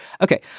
Okay